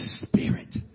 Spirit